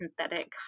synthetic